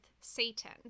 Satan